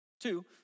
Two